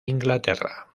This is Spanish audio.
inglaterra